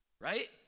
Right